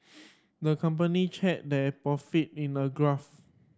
the company charted their profit in a graph